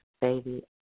Baby